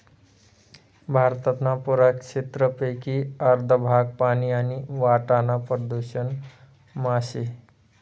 भारतना पुरा क्षेत्रपेकी अर्ध भाग पानी आणि वाटाना प्रदूषण मा शे